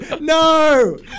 No